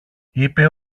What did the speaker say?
είπε